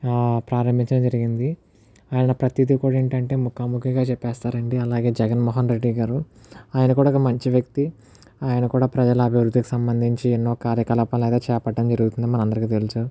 ఆ ప్రారంభించడం జరిగింది ఆయన ప్రతీది కూడా ఏంటంటే ముఖాముఖిగా చెప్పేస్తారండి అలాగే జగన్ మోహన్ రెడ్డి గారు ఆయన కూడా ఒక మంచి వ్యక్తి ఆయన కూడా ప్రజల అభివృద్ధికి సంబంధించి ఎన్నో కార్యకలాపాలు ఎన్నో చేపట్టడం జరుగుతుంది మనందరికీ తెలుసు